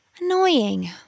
Annoying